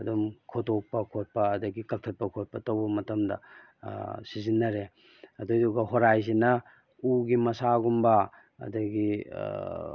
ꯑꯗꯨꯝ ꯈꯣꯇꯣꯛꯄ ꯈꯣꯠꯄ ꯑꯗꯒꯤ ꯀꯛꯊꯠꯄ ꯈꯣꯠꯄ ꯇꯧꯕ ꯃꯇꯝꯗ ꯁꯤꯖꯤꯟꯅꯔꯦ ꯑꯗꯨꯏꯗꯨꯒ ꯍꯣꯔꯥꯏꯁꯤꯅ ꯎꯒꯤ ꯃꯁꯥꯒꯨꯝꯕ ꯑꯗꯒꯤ